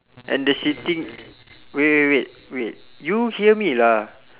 and the sitting wait wait wait wait you hear me lah